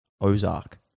Ozark